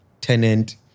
tenant